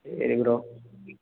சரி ப்ரோ